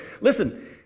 listen